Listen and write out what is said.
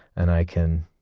and i can,